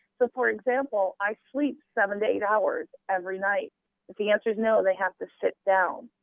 so for example, i sleep seven eight hours every night. if the answer is no they have to sit down.